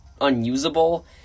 unusable